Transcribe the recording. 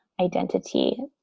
identity